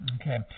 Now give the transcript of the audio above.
Okay